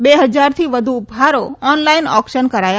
બે હજારથી વધુ ઉપહારો ઓનલાઈન ઓકશન કરાશે